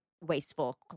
wasteful